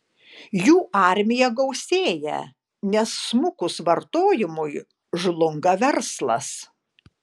jų armija gausėja nes smukus vartojimui žlunga verslas